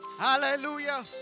Hallelujah